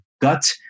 Gut